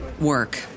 work